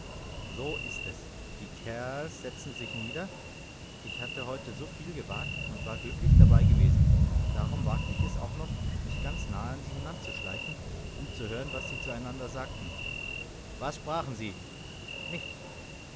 so ist es die kerls setzten sich nieder ich hatte heut so viel gewagt und war glücklich dabei gewesen darum wagte ich es auch noch mich ganz nahe an sie hinanzuschleichen um zu hören was sie zu einander sagten was sprachen sie nichts